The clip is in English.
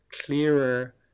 clearer